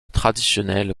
traditionnelle